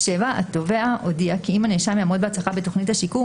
התובע הודיע כי אם הנאשם יעמוד בהצלחה בתוכנית השיקום,